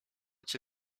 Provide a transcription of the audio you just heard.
cię